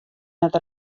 net